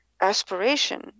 aspiration